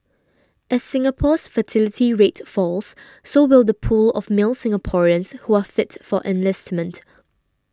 as Singapore's fertility rate falls so will the pool of male Singaporeans who are fit for enlistment